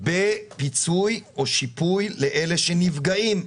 בשיפוי לאלה שנפגעים.